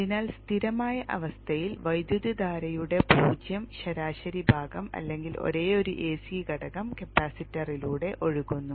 അതിനാൽ സ്ഥിരമായ അവസ്ഥയിൽ വൈദ്യുതധാരയുടെ പൂജ്യം ശരാശരി ഭാഗം അല്ലെങ്കിൽ ഒരേയൊരു എസി ഘടകം കപ്പാസിറ്ററിലൂടെ ഒഴുകുന്നു